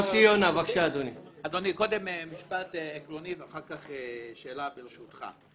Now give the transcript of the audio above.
אדוני, קודם משפט עקרוני ואחר כך שאלה, ברשותך.